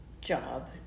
job